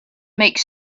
makes